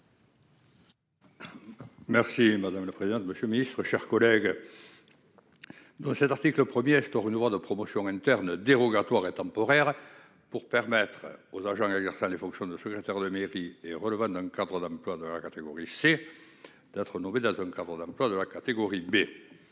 Merci madame la présidente, monsieur le ministre, chers collègues. Dans cet article 1er acheteur une voie de promotion interne dérogatoire et temporaire pour permettre aux agents il exerça les fonctions de secrétaire de mairie et relevant d'un cadre emplois dans la catégorie c'est. D'être nommée dans un carton d'emploi de la catégorie B.